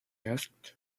asked